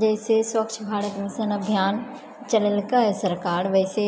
जैसे स्वच्छ भारत मिशन अभियान चलेलकै सरकार वैसे